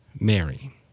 Mary